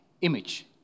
image